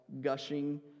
gushing